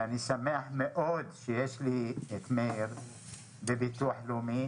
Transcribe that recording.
אני שמח מאוד שיש לי את מאיר בביטוח לאומי